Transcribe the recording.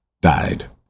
died